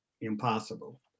impossible